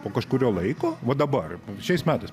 po kažkurio laiko va dabar šiais metais